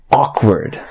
awkward